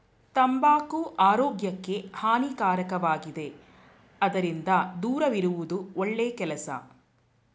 ತಂಬಾಕು ಆರೋಗ್ಯಕ್ಕೆ ಹಾನಿಕಾರಕವಾಗಿದೆ ಅದರಿಂದ ದೂರವಿರುವುದು ಒಳ್ಳೆ ಕೆಲಸ